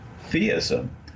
theism